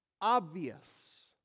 obvious